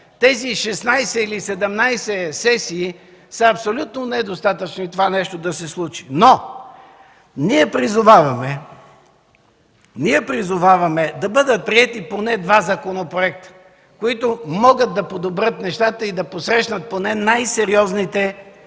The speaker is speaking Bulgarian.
тези 16 или 17 сесии са абсолютно недостатъчни това нещо да се случи. Но ние призоваваме да бъдат приети поне два законопроекта, които могат да подобрят нещата и да посрещнат поне най-сериозните